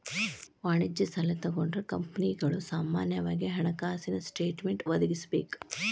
ವಾಣಿಜ್ಯ ಸಾಲಾ ತಗೊಂಡ್ರ ಕಂಪನಿಗಳು ಸಾಮಾನ್ಯವಾಗಿ ಹಣಕಾಸಿನ ಸ್ಟೇಟ್ಮೆನ್ಟ್ ಒದಗಿಸಬೇಕ